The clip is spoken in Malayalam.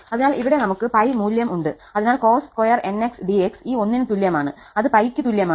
അതിനാൽ ഇവിടെ നമുക് 𝜋 മൂല്യം ഉണ്ട് അതിനാൽ cos2 𝑛𝑥 𝑑𝑥 ഈ ഒന്നിന് തുല്യമാണ് അത് 𝜋 ക്ക് തുല്യമാണ്